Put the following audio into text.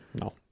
No